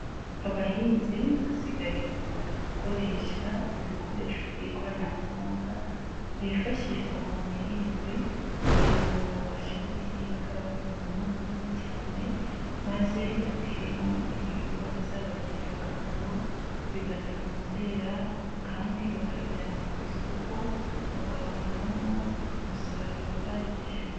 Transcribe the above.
Abahinzi basigaye bakunda gukoresha ibikoresho by'ikoranabuhanga byifashishwa mu buhinzi kugira ngo babashe guhinga umurima munini cyane maze bateremo ibihingwa bizabagirira akamaro bigatuma byera kandi bakabijyana ku isoko bakabonamo umusaruro uhagije.